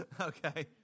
Okay